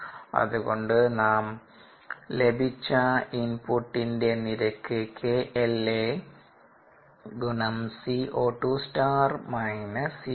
അതുകൊണ്ട് നാം ലഭിച്ച ഇൻപുട്ടിന്റെ നിരക്ക് 𝑲𝑳a 𝑪𝑶2 ∗− 𝑪𝑶2